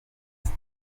star